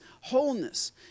wholeness